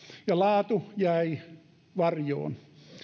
ja laatu jäi varjoon